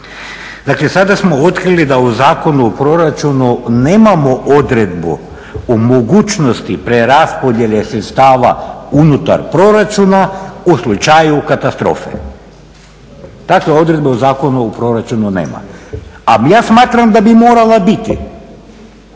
Dakle, sada smo otkrili da u Zakonu o proračunu nemamo odredbu o mogućnosti preraspodijele sredstava unutar proračuna u slučaju katastrofe. Takve odredbe u Zakonu o proračunu nema. A ja smatram da bi morala biti.